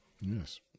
Yes